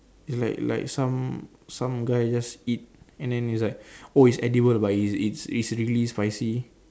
it's like like some some guy just eat and then is like oh is edible but it's it's really spicy